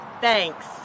Thanks